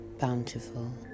bountiful